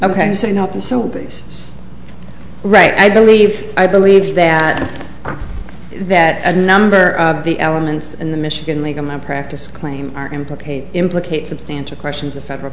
to say not the sobeys is right i believe i believe that that a number of the elements in the michigan legal my practice claim are implicated implicate substantial questions of federal